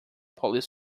police